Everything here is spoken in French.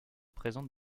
présente